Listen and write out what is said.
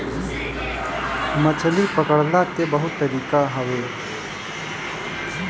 मछरी पकड़ला के बहुते तरीका हवे